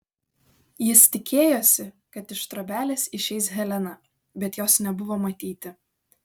jis tikėjosi kad iš trobelės išeis helena bet jos nebuvo matyti